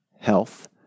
health